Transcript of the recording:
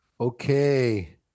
Okay